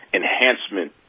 enhancement